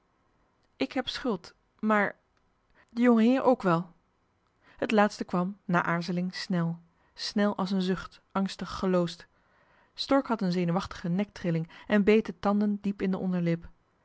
ik heb schuld maar de jongeheer ook wel johan de meester de zonde in het deftige dorp het laatste kwam na aarzeling snel snel als een zucht angstig geloosd stork had een zenuwachtige nektrilling en beet de tanden diep in de onderlip